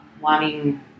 wanting